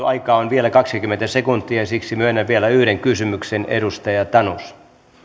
aikaa on vielä kaksikymmentä sekuntia ja siksi myönnän vielä yhden kysymyksen edustaja tanus arvoisa herra